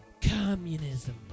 communism